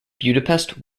budapest